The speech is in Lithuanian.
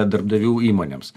darbdavių įmonėms